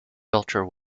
belcher